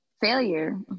Failure